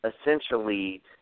essentially